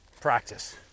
Practice